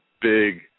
big